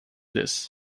this